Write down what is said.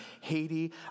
Haiti